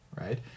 Right